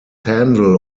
handle